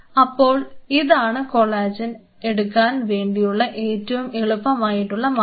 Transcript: അപ്പോൾ ഇതാണ് കൊളാജൻ എടുക്കാൻ വേണ്ടിയുള്ള ഏറ്റവും എളുപ്പം ആയിട്ടുള്ള മാർഗ്ഗം